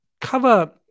cover